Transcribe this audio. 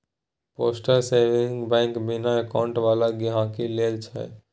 postal saving bank बिना account बला गहिंकी लेल छै